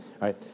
right